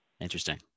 Interesting